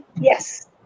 Yes